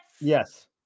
Yes